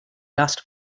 last